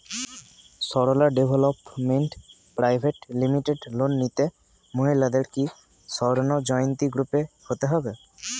Sarala development private limited loan নিতে মহিলাদের কি স্বর্ণ জয়ন্তী গ্রুপে হতে হবে?